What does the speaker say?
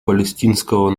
палестинского